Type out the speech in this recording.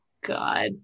God